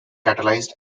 catalyzed